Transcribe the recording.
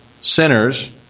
sinners